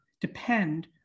depend